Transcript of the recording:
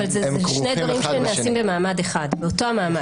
אבל זה שני דברים שנעשים במעמד אחד, באותו המעמד.